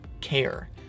care